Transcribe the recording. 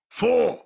four